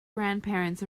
grandparents